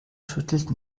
schüttelt